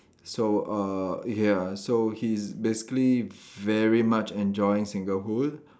so uh ya so he is basically very much enjoying singlehood